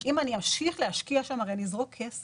אם אני אמשיך להשקיע שם הרי אני אזרוק כסף.